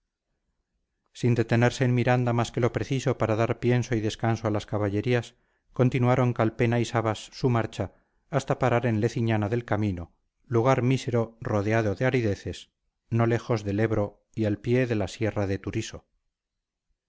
sin detenerse en miranda más que lo preciso para dar pienso y descanso a las caballerías continuaron calpena y sabas su marcha hasta parar en leciñana del camino lugar mísero rodeado de arideces no lejos del ebro y al pie de la sierra de turiso